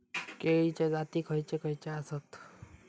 केळीचे जाती खयचे खयचे आसत?